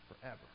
forever